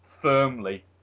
firmly